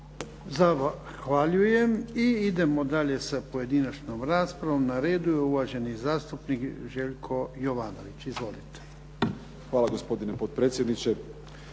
Zahvaljujem. I idemo dalje sa pojedinačnom raspravom. Na redu je uvaženi zastupnik Željko Jovanović. Izvolite. **Jovanović, Željko